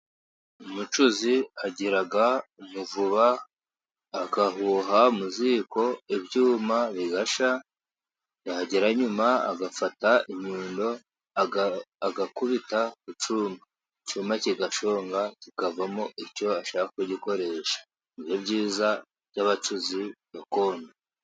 Umucuzi agira umuvuba, agahuha mu ziko ibyuma bigashya. Yagera nyuma agafata inyundo agakubita ku cyuma. Icyuma kigashonga kikavamo icyo ashaka kugikoresha. Ni byo byiza by'abacuzi gakondo.